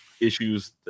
issues